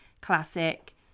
classic